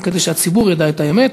רק כדי שהציבור ידע את האמת.